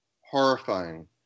horrifying